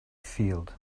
field